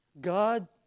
God